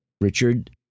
Richard